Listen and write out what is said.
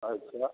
अच्छा